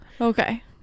Okay